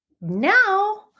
now